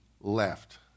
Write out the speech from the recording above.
left